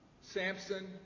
Samson